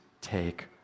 take